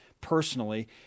personally